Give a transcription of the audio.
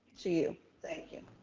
to you. thank you.